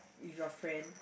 with your friend